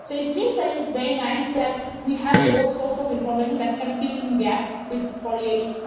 it seems that it's very nice that we have both source of information that can fill in gap like for the,